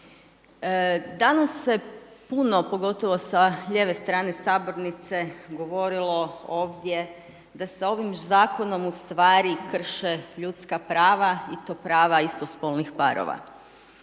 Danas se puno pogotovo sa lijeve strane sabornice govorilo ovdje da se ovim Zakonom ustvari krše ljudska prava i to prava istospolnih parova.